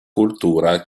cultura